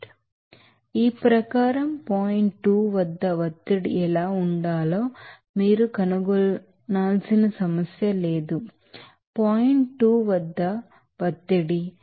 ఈ ప్రకారం పాయింట్ 2 వద్ద ఒత్తిడి ఎలా ఉండాలో మీరు కనుగొనాల్సిన సమస్య లేదు పాయింట్ 2 వద్ద ఒత్తిడి మీరు ఇక్కడ 1